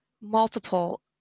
multiple